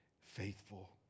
faithful